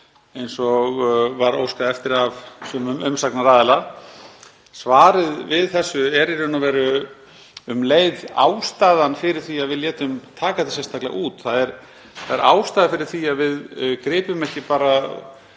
langt og var óskað eftir af sumum umsagnaraðilum. Svarið við þessu er í raun og veru um leið ástæðan fyrir því að við létum taka þetta sérstaklega út. Það er ástæða fyrir því að við gripum ekki bara